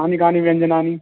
कानि कानि व्यञ्जनानि